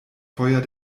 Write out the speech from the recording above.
feuer